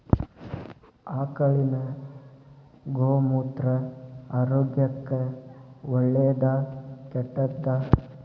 ಆಕಳಿನ ಗೋಮೂತ್ರ ಆರೋಗ್ಯಕ್ಕ ಒಳ್ಳೆದಾ ಕೆಟ್ಟದಾ?